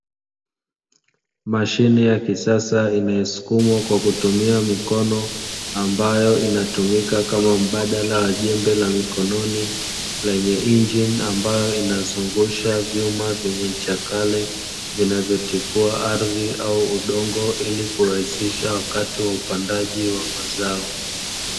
Mashine ya kisasa inayosukumwa kwa kutumia mikono, ambayo inatumika kama mbadala wa jembe la mikononi, lenye injini ambayo inazungusha vyuma vyenye ncha kali, vinavyotifua ardhi au udongo ili kurahisisha wakati wa upandaji wa mazao.